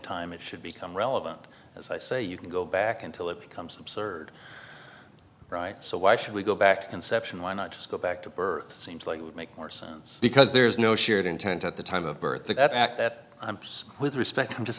time it should become relevant as i say you can go back until it becomes absurd right so why should we go back to conception why not just go back to birth seems like it would make more sense because there's no shared intent at the time of birth that i'm with respect i'm just